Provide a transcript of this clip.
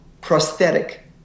prosthetic